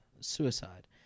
suicide